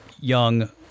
young